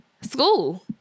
school